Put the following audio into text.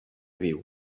viu